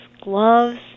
gloves